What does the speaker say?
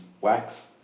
wax